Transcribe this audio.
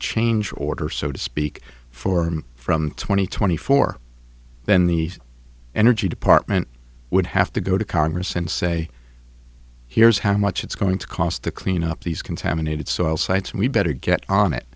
change order so to speak for him from twenty twenty four then the energy department would have to go to congress and say here's how much it's going to cost to clean up these contaminated soil sites and we better get on it